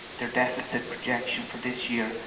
their deficit projection for this year,